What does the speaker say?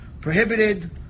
prohibited